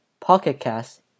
Pocketcast